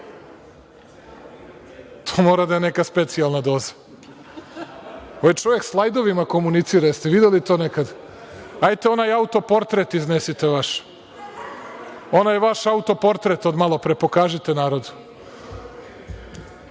To mora da je neka specijalna doza. Ovaj čovek slajdovima komunicira, da li ste videli to nekada? Hajte, onaj autoportret iznesite vaš. Onaj vaš autoportret od malo pre, pokažite narodu.